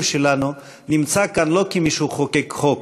לשפת הסימנים שלנו נמצא כאן לא כי מישהו חוקק חוק,